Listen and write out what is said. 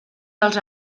dels